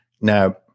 Now